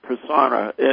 persona